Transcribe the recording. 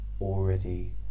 already